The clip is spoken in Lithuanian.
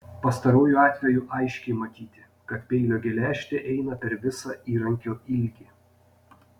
pastaruoju atveju aiškiai matyti kad peilio geležtė eina per visą įrankio ilgį